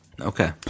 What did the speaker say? Okay